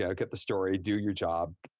i got the story, do your job,